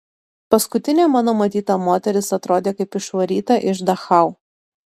paskutinė mano matyta moteris atrodė kaip išvaryta iš dachau